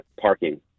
parking